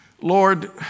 Lord